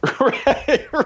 Right